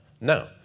No